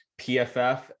pff